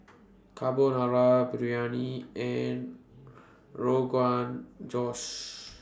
Carbonara Biryani and Rogan Josh